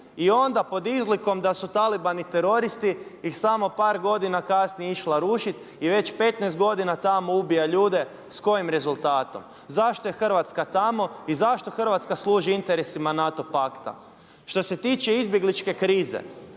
i onda pod izlikom da su talibani teroristi ih samo par godina kasnije išla rušit i već 15 godina tamo ubija ljude. S kojim rezultatom? Zašto je Hrvatska tamo i zašto Hrvatska služi interesima NATO pakta? Što se tiče izbjegličke krize